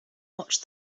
watch